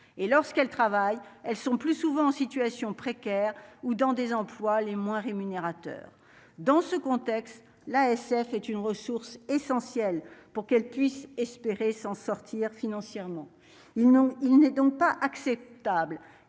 lorsqu'elles travaillent, elles sont plus souvent en situation précaire ou dans des emplois les moins rémunérateurs dans ce contexte, l'ASF est une ressource essentielle pour qu'elle puisse espérer s'en sortir financièrement, ils n'ont, il n'est donc pas acceptable